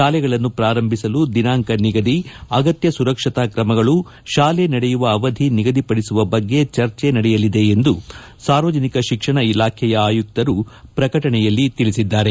ಶಾಲೆಗಳನ್ನು ಪೂರಂಭಿಸಲು ದಿನಾಂಕ ನಿಗದಿ ಅಗತ್ಯ ಸುರಕ್ಷತಾ ಕ್ರಮಗಳು ಶಾಲೆ ನಡೆಯುವ ಅವಧಿ ನಿಗದಿಪಡಿಸುವ ಬಗ್ಗೆ ಚರ್ಜೆ ನಡೆಯಲಿದೆ ಎಂದು ಸಾರ್ವಜನಿಕ ಶಿಕ್ಷಣ ಇಲಾಖೆಯ ಆಯುಕ್ತರು ಪ್ರಕಟಣೆಯಲ್ಲಿ ತಿಳಿಸಿದ್ದಾರೆ